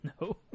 No